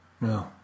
No